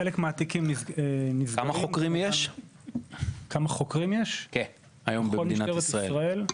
כמה חוקרים יש היום במדינת ישראל?